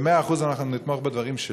במאה אחוז אנחנו נתמוך בדברים שלו,